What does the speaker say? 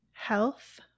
Health